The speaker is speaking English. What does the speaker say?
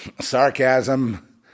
sarcasm